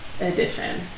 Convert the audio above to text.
edition